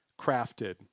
crafted